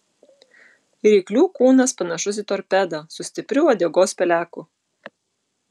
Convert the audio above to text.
ryklių kūnas panašus į torpedą su stipriu uodegos peleku